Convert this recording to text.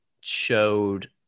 showed